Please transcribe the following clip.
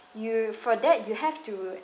you for that you have to